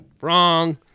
wrong